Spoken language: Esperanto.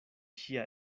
ŝia